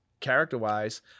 character-wise